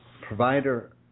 provider